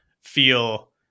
feel